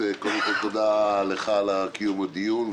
תודה לך על קיום הדיון,